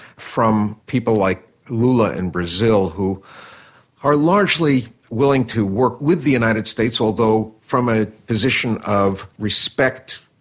from people like lula in brazil who are largely willing to work with the united states, although from a position of respect,